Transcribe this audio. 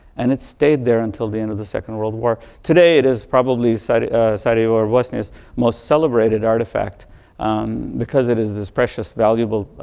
and it stayed there until the end of the second world war. today, it is probably so sarajevo bosnia's most celebrated artifact because it is this precious valuable